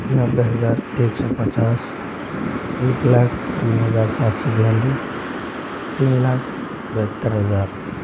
नब्बे हज़ार एक सौ पचास एक लाख तीन हज़ार सात सौ बयालिस तीन लाख बहत्तर हज़ार